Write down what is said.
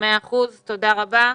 תודה רבה.